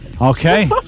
Okay